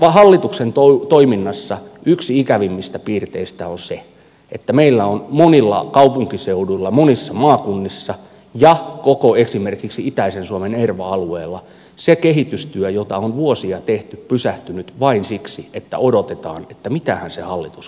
tässä hallituksen toiminnassa yksi ikävimmistä piirteistä on se että meillä on monilla kaupunkiseuduilla monissa maakunnissa ja esimerkiksi koko itäisen suomen erva alueella se kehitystyö jota on vuosia tehty pysähtynyt vain siksi että odotetaan että mitähän se hallitus oikein tekee